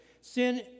sin